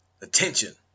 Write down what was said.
Attention